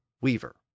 weaver